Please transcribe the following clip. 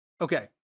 Okay